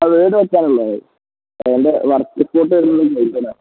അ വീട് വെക്കാനല്ലേ അതിൻ്റെ വർക്ക് റിപ്പോർട്ട്തും കഴിയില്ലേ